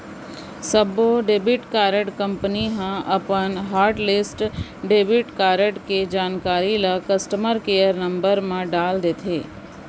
सब्बो debit card company ह अपन हॉटलिस्ट डेबिट कारड के जानकारी ल कस्टमर केयर नंबर म डाल देथे